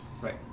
Right